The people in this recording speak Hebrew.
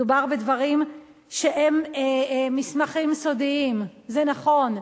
מדובר בדברים שהם מסמכים סודיים, זה נכון.